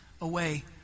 away